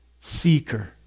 seeker